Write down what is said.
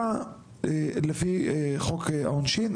לחובה לפי חוק העונשין.